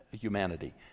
humanity